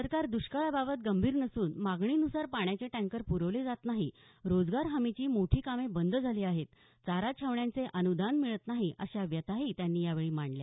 सरकार दुष्काळाबाबत गंभीर नसून मागणी नुसार पाण्याचे टँकर पुरवले जात नाही रोजगार हमीची मोठी कामं बंद झाली आहेत चारा छावण्यांचे अनुदान मिळत नाही अशा व्यथाही त्यांनी यावेळी मांडल्या